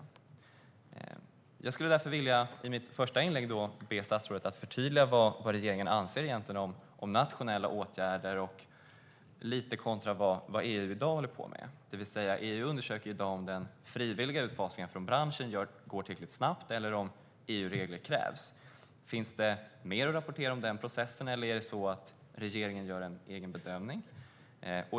Därför skulle jag i mitt första inlägg vilja be statsrådet att förtydliga vad regeringen egentligen anser om nationella åtgärder, lite grann kontra vad EU i dag håller på med. EU undersöker om den frivilliga utfasningen av branschen går tillräckligt snabbt eller om EU-regler krävs. Finns det mer att rapportera om denna process, eller gör regeringen en egen bedömning?